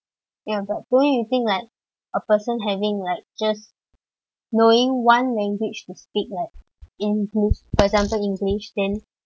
ya but don't you think like a person having like just knowing one language to speak like english for example english then